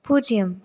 பூஜ்ஜியம்